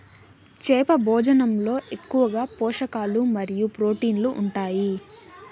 చేప భోజనంలో ఎక్కువగా పోషకాలు మరియు ప్రోటీన్లు ఉంటాయి